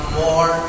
more